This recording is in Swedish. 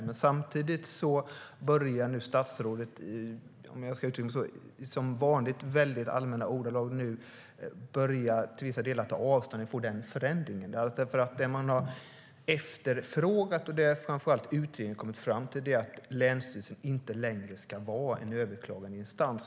Men samtidigt börjar statsrådet som vanligt, om jag uttrycker det så, att i mycket allmänna ordalag nu till viss del ta avstånd i fråga om den förändringen. Det som man har efterfrågat, och det som framför allt utredningen kommit fram till, är att länsstyrelsen inte längre ska vara en överklagandeinstans.